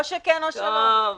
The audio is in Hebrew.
או שכן או שלא.